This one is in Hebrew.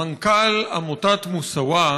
מנכ"ל עמותת מוסאוא,